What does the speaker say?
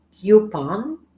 coupon